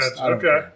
okay